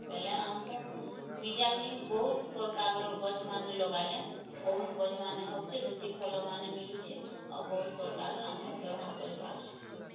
ବେଲେ ଆମକୁ ବୀଜା ଥି ବହୁତ୍ ପ୍ରକାରର୍ ଗଯ୍ ମାନ୍ ଲଗାଲେ ବହୁତ୍ ଗଯ୍ ମାନେ ହଉଛି ସେଥି ଫଲ୍ ମାନେ ମିଳୁଛି ଆଉ ବହୁତ ପ୍ରକାରର୍ ଆମେ ବ୍ୟବହାର୍ କରିପାରୁଛୁ